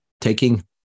taking